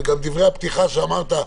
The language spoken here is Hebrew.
וגם מדברי הפתיחה שאמרת,